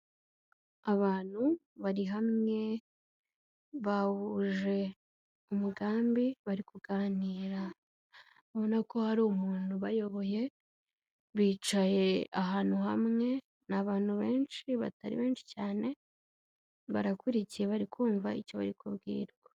Abantu bari hamwe bahuje umugambi bari kuganira, ubona ko hari umuntu ubayoboye bicaye ahantu hamwe, ni abantu benshi batari benshi cyane, barakurikiye bari kumva icyo bari kubwirwa.